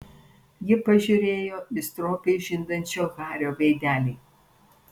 ji pažiūrėjo į stropiai žindančio hario veidelį